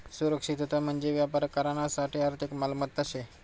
सुरक्षितता म्हंजी व्यापार करानासाठे आर्थिक मालमत्ता शे